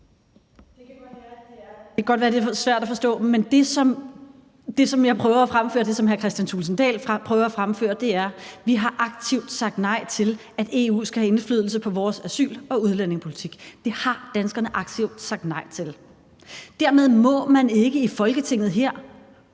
at fremføre, det, som hr. Kristian Thulesen Dahl prøver at fremføre, er, at vi aktivt har sagt nej til, at EU skal have indflydelse på vores asyl- og udlændingepolitik. Det har danskerne aktivt sagt nej til. Dermed må man ikke i Folketinget her